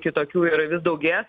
kitokių ir vis daugės